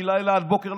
מלילה עד בוקר,